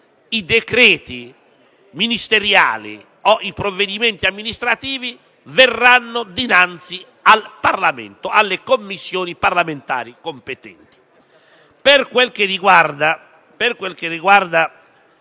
i decreti ministeriali o i provvedimenti amministrativi verranno dinanzi al Parlamento, alle Commissioni parlamentari competenti. Per quanto riguarda